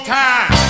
time